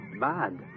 bad